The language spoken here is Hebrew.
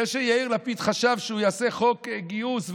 זה שיאיר לפיד חשב שהוא יעשה חוק גיוס,